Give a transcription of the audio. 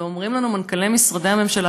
ואומרים לנו מנכ"לי משרדי הממשלה,